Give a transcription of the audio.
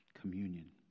communion